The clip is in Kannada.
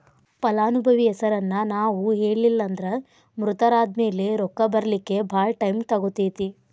ಫಲಾನುಭವಿ ಹೆಸರನ್ನ ನಾವು ಹೇಳಿಲ್ಲನ್ದ್ರ ಮೃತರಾದ್ಮ್ಯಾಲೆ ರೊಕ್ಕ ಬರ್ಲಿಕ್ಕೆ ಭಾಳ್ ಟೈಮ್ ತಗೊತೇತಿ